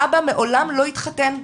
האבא מעולם לא התחתן,